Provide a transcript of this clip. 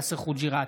יאסר חוג'יראת,